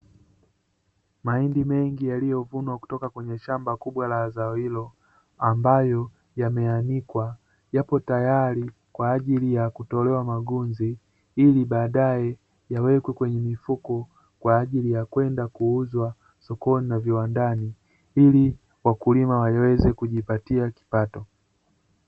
Mahindi mengi yaliyovunwa kutoka kwenye shamba kubwa la zao hilo ambayo yameanikwa yapo tayari kwa ajili ya kutolewa magunzi, ili baadaye yawekwe kwenye mifuko kwa ajili ya kwenda kuuzwa sokoni na viwandani ili wakulima waweze kujipatia kipato.